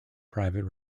private